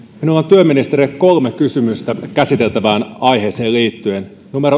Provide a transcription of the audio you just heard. työministerille kolme kysymystä käsiteltävään aiheeseen liittyen yksi